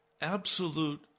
absolute